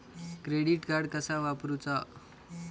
Credit card कसा वापरूचा?